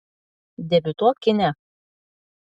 debiutuok kine